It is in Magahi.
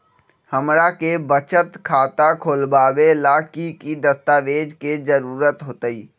हमरा के बचत खाता खोलबाबे ला की की दस्तावेज के जरूरत होतई?